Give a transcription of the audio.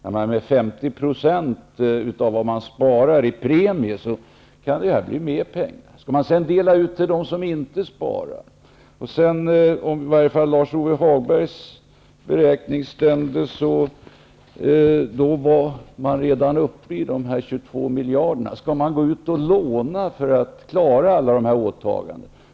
Om man får 50 % av vad man sparar i premie, kan det bli fråga om mer pengar. Dessutom skall det delas ut pengar till dem som inte sparar. Om Lars-Ove Hagbergs beräkning stämmer, är man redan där uppe i de 22 miljarderna. Skall man låna för att klara alla åtagandena?